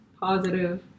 positive